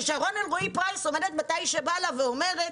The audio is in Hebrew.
כשד"ר שרון אלרעי פרייס עומדת מתי שבא לה ואומרת: